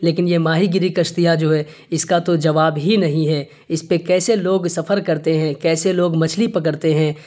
لیکن یہ ماہی گیری کشتیاں جو ہے اس کا تو جواب ہی نہیں ہے اس پہ کیسے لوگ سفر کرتے ہیں کیسے لوگ مچھلی پکڑتے ہیں